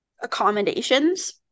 accommodations